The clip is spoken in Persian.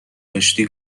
داشتی